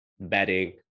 bedding